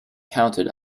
counted